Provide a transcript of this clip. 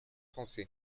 français